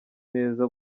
neza